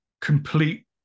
complete